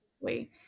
Wait